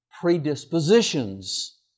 predispositions